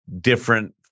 different